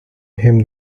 him